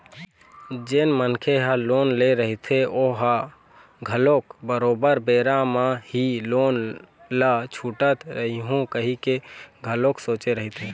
जेन मनखे ह लोन ले रहिथे ओहा घलोक बरोबर बेरा म ही लोन ल छूटत रइहूँ कहिके घलोक सोचे रहिथे